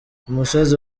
umusozi